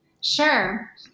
Sure